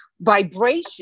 vibration